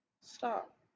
stop